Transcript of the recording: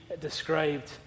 described